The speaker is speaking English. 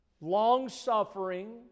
long-suffering